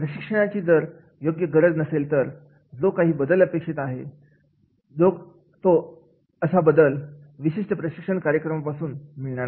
प्रशिक्षणाची जर योग्य गरज नसेल तर जो काही बदल अपेक्षित आहे तो बदल अशा विशिष्ट प्रशिक्षण कार्यक्रमात पासून मिळणार नाही